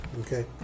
Okay